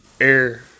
Air